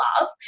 love